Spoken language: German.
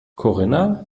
corinna